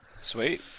Sweet